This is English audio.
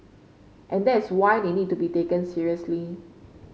and that is why they need to be taken seriously